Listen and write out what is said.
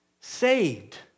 saved